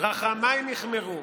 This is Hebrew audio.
רחמיי נכמרו.